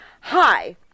Hi